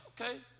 okay